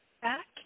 back